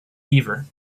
beaver